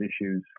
issues